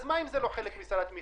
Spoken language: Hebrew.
אז מה אם זה לא חלק מסל התמיכה?